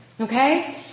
Okay